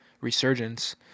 resurgence